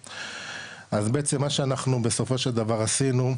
אז בעצם, מה שאנחנו, בסופו של דבר, עשינו,